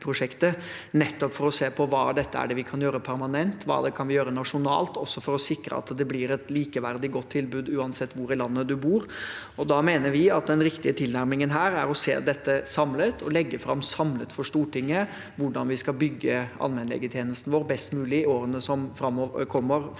nettopp for å se på hva av dette vi kan gjøre permanent, og hva vi kan gjøre nasjonalt, også for å sikre at det blir et likeverdig, godt tilbud uansett hvor i landet man bor. Da mener vi at den riktige tilnærmingen her er å se dette samlet og legge fram samlet for Stortinget hvordan vi skal bygge allmennlegetjenesten vår best mulig i årene som kommer